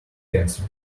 cancer